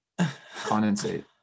condensate